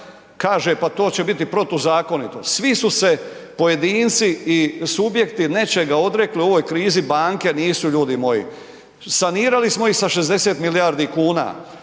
kaže pa to će biti protuzakonito. Svi su se pojedinci i subjekti nečega odrekli u ovoj krizi, banke nisu ljudi moji. Sanirali smo ih sa 60 milijardi kuna,